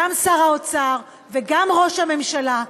גם שר האוצר וגם ראש הממשלה,